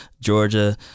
Georgia